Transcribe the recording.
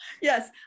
Yes